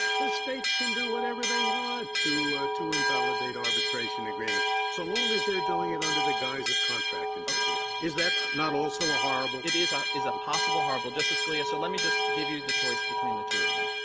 the states can do whatever they want to to invalidate arbitration agreements so long as they're doing it under the guise of contract and interpretation. but is that not also a horrible? goldstein it is ah is a possible horrible, justice scalia. so let me just give you the choice between the two of them.